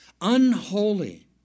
Unholy